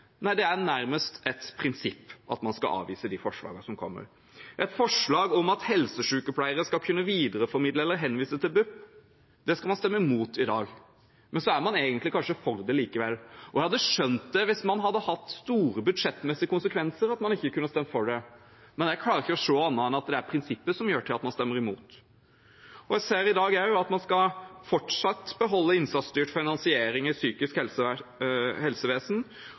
nei, det er nærmest et prinsipp at man skal avvise de forslagene som kommer. Et forslag om at helsesykepleiere skal kunne videreformidle eller henvise til BUP, det skal man stemme mot i dag, men så er man egentlig kanskje for det likevel. Jeg hadde skjønt at man ikke kunne ha stemt for det hvis det hadde hatt store budsjettmessige konsekvenser, men jeg klarer ikke å se annet enn at det er prinsippet som gjør at man stemmer imot. Jeg ser også i dag at man fortsatt skal beholde innsatsstyrt finansiering i psykisk